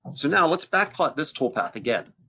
so now let's backplot this toolpath again.